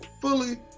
fully